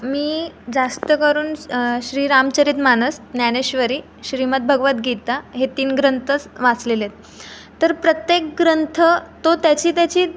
मी जास्त करून श्रीरामचरित मानस ज्ञानेश्वरी श्रीमद भगवत गीता हे तीन ग्रंथच वाचलेलेत तर प्रत्येक ग्रंथ तो त्याची त्याची